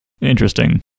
interesting